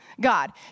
God